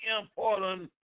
important